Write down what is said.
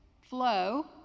flow